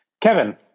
Kevin